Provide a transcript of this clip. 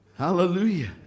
Hallelujah